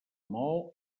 maó